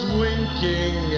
winking